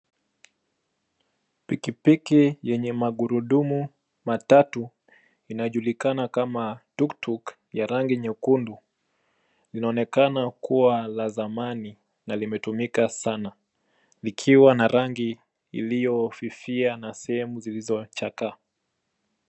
Pikipiki yenye magurudumu matatu, inajulikana kama tuktuk, ya rangi nyekundu linaonekana kuwa la zamani na limetumika sana. Likiwa na rangi iliyofifia na sehemu zilizochakaa.